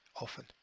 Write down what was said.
often